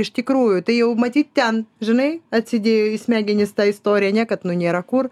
iš tikrųjų tai jau matyt ten žinai atsidėjo į smegenis ta istorija niekad nėra kur